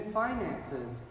finances